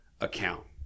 account